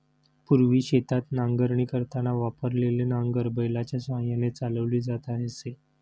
पूर्वी शेतात नांगरणी करताना वापरलेले नांगर बैलाच्या साहाय्याने चालवली जात असे